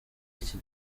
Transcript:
iki